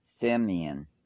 Simeon